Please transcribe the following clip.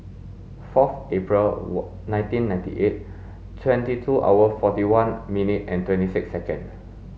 forth April nineteen ninety eight twenty two hour forty one minute and twenty six seconds